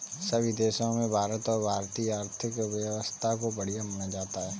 सभी देशों में भारत और भारतीय आर्थिक व्यवस्था को बढ़िया माना जाता है